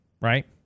right